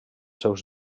seus